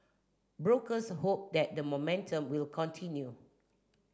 brokers hope that the momentum will continue